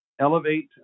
elevate